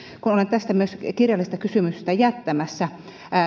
kun olen tästä myös kirjallista kysymystä jättämässä